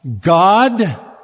God